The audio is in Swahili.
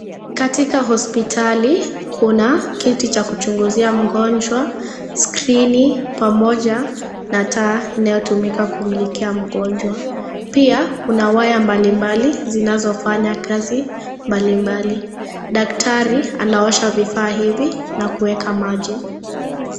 Katika hospitali kuna kiti cha kuchunguzia mgonjwa, skrini pamoja na taa inayotumika kumlikia mgonjwa pia kuna waya mbalimbali zinazofanyakazi mbalimbali, daktari anaosha vifaa hivi na kueka maji.